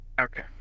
Okay